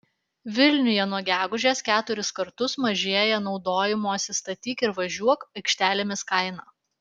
vilniuje nuo gegužės keturis kartus mažėja naudojimosi statyk ir važiuok aikštelėmis kaina